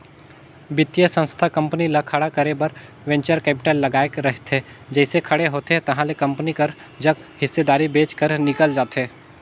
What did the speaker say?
बित्तीय संस्था कंपनी ल खड़े करे बर वेंचर कैपिटल लगाए रहिथे जइसे खड़े होथे ताहले कंपनी कर जग हिस्सादारी बेंच कर निकल जाथे